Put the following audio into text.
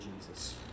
Jesus